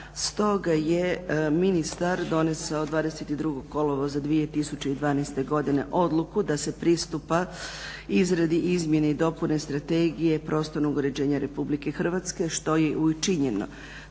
Stoga je ministar donesao 22.kolovoza 2012.godine odluku da se pristupa izradi i izmjeni dopune Strategije prostornog uređenja RH što je i učinjeno.